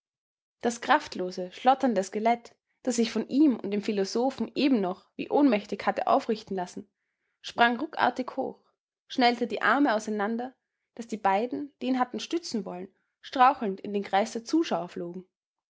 das kraftlose schlotternde skelett das sich von ihm und dem philosophen eben noch wie ohnmächtig hatte aufrichten lassen sprang ruckartig hoch schnellte die arme auseinander daß die beiden die ihn hatten stützen wollen strauchelnd in den kreis der zuschauer flogen